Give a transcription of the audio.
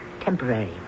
temporary